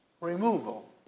removal